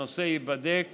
הנושא ייבדק